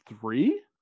three